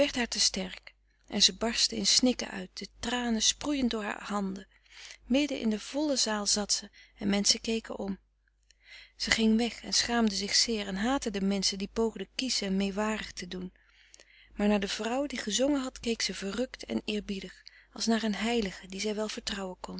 haar te sterk en ze barstte in snikken uit de tranen sproeiend door haar handen midden in de volle zaal zat ze en menschen keken om ze ging weg en schaamde zich zeer en haatte de menschen die poogden kiesch en meewarig te doen maar naar de vrouw die gezongen had keek ze verrukt en eerbiedig als naar een heilige die zij wel vertrouwen zou